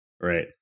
Right